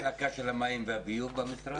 גם לא המחלקה של המים והביוב במשרד?